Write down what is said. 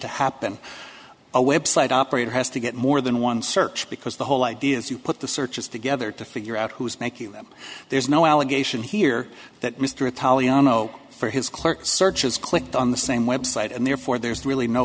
to happen a website operator has to get more than one search because the whole idea is you put the searches together to figure out who's making them there's no allegation here that mr italian no for his clerk searches clicked on the same website and therefore there's really no